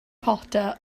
potter